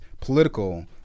political